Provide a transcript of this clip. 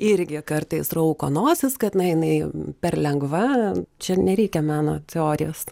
irgi kartais rauko nosis kad na jinai per lengva čia nereikia meno teorijos